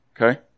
okay